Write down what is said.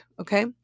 Okay